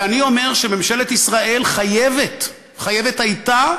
ואני אומר שממשלת ישראל חייבת, חייבת הייתה,